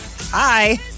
hi